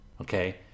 Okay